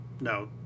No